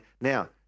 Now